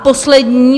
Poslední.